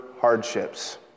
hardships